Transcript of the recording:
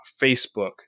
facebook